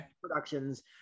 productions